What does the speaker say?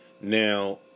Now